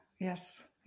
yes